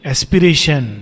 Aspiration